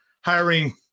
hiring –